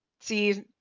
see